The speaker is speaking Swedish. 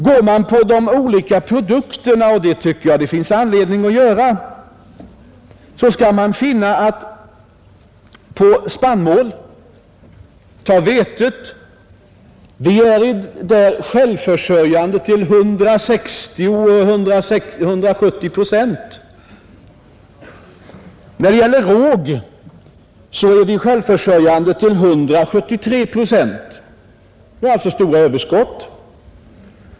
Går man till de olika produkterna — och det tycker jag det finns anledning att göra — skall man finna att vi i fråga om vete är självförsörjande till 160—170 procent och i fråga om råg till 143 procent. Vi har alltså stora överskott.